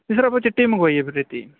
ਨਹੀਂ ਸਰ ਆਪਾਂ ਚਿੱਟੀ ਮੰਗਵਾਈ ਹੈ ਬਰੇਤੀ